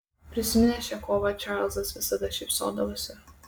prisiminęs šią kovą čarlzas visada šypsodavosi